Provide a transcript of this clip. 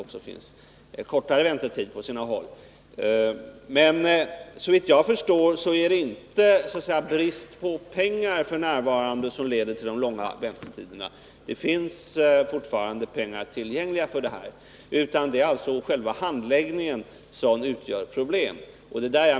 På sina håll är väntetiderna Såvitt jag förstår är det emellertid f. n. inte brist på pengar som leder till de långa väntetiderna. Det finns fortfarande pengar tillgängliga, men problemet är själva handläggningen.